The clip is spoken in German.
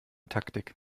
taktik